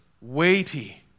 weighty